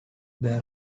there